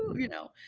you know,